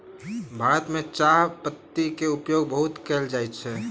भारत में चाह पत्तीक उपयोग बहुत कयल जाइत अछि